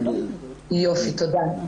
יופי, תודה.